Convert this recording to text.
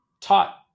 taught